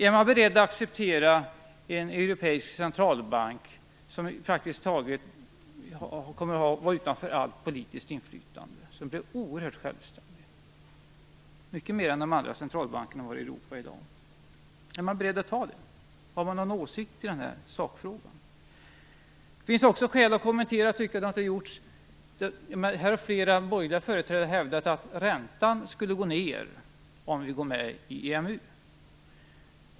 Är man beredd att acceptera en europeisk centralbank som kommer att stå utanför praktiskt taget allt politiskt inflytande, som alltså blir oerhört självständig, mycket mer självständig än de centralbanker vi har i Europa i dag? Är regeringen beredd att ta det? Har man någon åsikt i den sakfrågan? Det finns skäl att kommentera också en annan sak som inte har tagits upp. Här har flera borgerliga företrädare hävdat att räntan skulle gå ned om vi gick med i EMU.